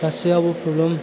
गासैयावबो प्रब्लेम